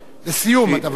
לסיום, הדבר המדאיג.